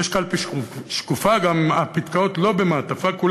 יש קלפי שקופה, גם הפתקאות לא במעטפה,